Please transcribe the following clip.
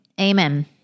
amen